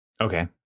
Okay